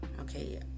okay